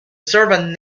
servant